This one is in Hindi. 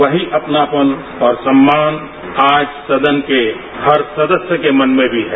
वहीं अपनापन और सम्मान आज सदन के हर सदस्य के मन में भी है